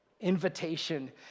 invitation